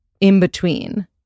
in-between